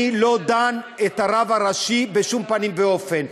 אני לא דן את הרב הראשי בשום פנים ואופן,